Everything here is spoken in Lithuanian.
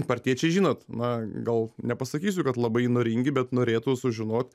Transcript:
partiečiai žinot na gal nepasakysiu kad labai įnoringi bet norėtų sužinot